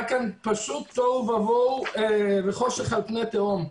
היה כאן פשוט תוהו ובוהו וחושך על פני תהום.